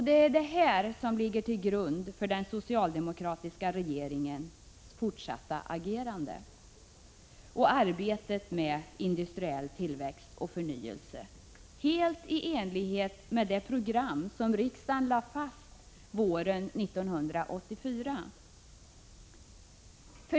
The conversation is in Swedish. Det är detta som ligger till grund för den socialdemokratiska regeringens fortsatta agerande och arbetet med industriell tillväxt och förnyelse, helt i enlighet med det program som riksdagen lade fast våren 1984.